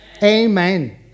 Amen